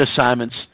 assignments